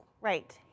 Right